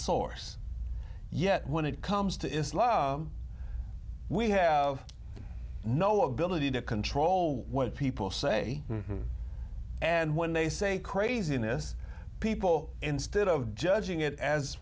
source yet when it comes to islam we have no ability to control what people say and when they say craziness people instead of judging it as